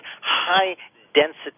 high-density